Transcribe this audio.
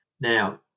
Now